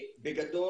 בגדול,